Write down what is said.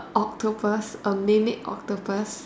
octopus a mermaid octopus